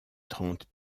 trente